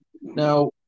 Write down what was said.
Now